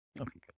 okay